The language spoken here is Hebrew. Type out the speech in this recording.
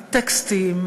הטקסטים,